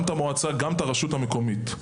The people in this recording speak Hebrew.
גם את הרשות המקומית.